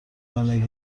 ونک